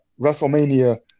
WrestleMania